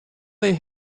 they